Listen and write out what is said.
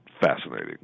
fascinating